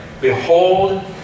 Behold